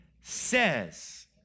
says